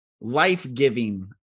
life-giving